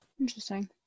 Interesting